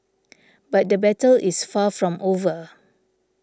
but the battle is far from over